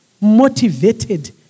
motivated